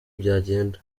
byagenda